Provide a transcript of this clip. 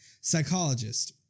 Psychologist